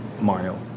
Mario